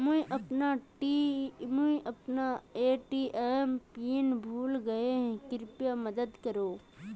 मुई अपना ATM pin भूले गही कृप्या मदद कर